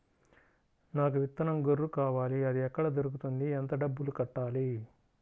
నాకు విత్తనం గొర్రు కావాలి? అది ఎక్కడ దొరుకుతుంది? ఎంత డబ్బులు కట్టాలి?